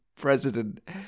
president